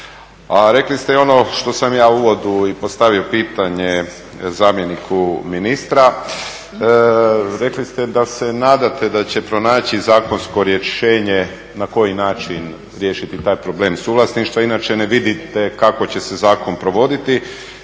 A rekli ste i ono što sam ja u uvodu i postavio pitanje zamjeniku ministra, rekli ste da se nadate da će pronaći zakonsko rješenje na koji način riješiti taj problem suvlasništva inače ne vidite kako će se zakon provoditi.